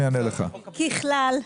ככלל,